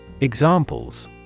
Examples